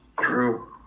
True